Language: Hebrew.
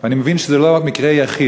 אני מבין שזה לא המקרה היחיד.